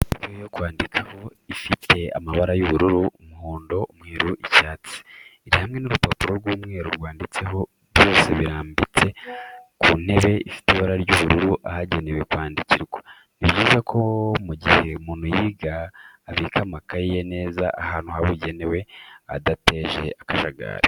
Ikaye yo kwandikano ifite amabara y'ubururu, umuhondo, umweru, icyatsi. Iri hamwe n'urupapuro rw'umweru rwanditseho, byose birambitse ku ntebe ifite ibara ry'ubururu ahagenewe kwandikirwa. Ni byiza ko mu gihe umuntu yiga abika amakayi ye neza ahantu habugenewe adateje akajagari.